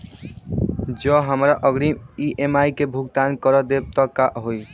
जँ हमरा अग्रिम ई.एम.आई केँ भुगतान करऽ देब तऽ कऽ होइ?